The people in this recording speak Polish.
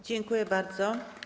Dziękuję bardzo.